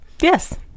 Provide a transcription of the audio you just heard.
Yes